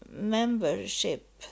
membership